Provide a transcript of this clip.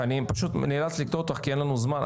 אני פשוט נאלץ לקטוע אותך, כי אין לנו זמן.